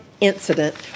incident